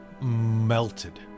melted